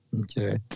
Okay